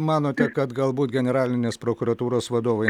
manote kad galbūt generalinės prokuratūros vadovai